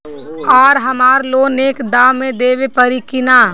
आर हमारा लोन एक दा मे देवे परी किना?